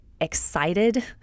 excited